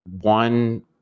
one